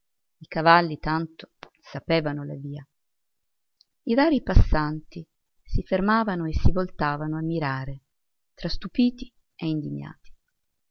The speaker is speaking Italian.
i cavalli tanto sapevano la via i rari passanti si fermavano e si voltavano a mirare tra stupiti e indignati